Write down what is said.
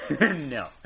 No